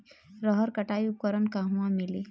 रहर कटाई उपकरण कहवा मिली?